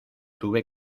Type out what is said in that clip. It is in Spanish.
tuve